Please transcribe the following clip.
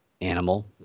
animal